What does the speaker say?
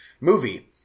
movie